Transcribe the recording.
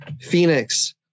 Phoenix